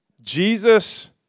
Jesus